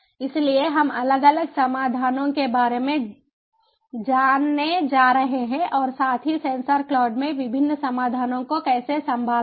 इसलिए हम अलग अलग समाधानों के बारे में जानने जा रहे हैं और साथ ही सेंसर क्लाउड में विभिन्न समाधानों को कैसे संभालना है